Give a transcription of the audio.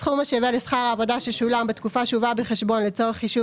סכום השווה לשכר העבודה ששולם בתקופה שהובאה בחשבון לצורך חישוב